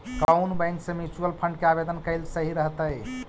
कउन बैंक से mutual fund के आवेदन कयल सही रहतई?